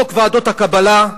חוק ועדות הקבלה,